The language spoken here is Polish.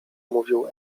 mówił